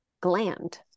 gland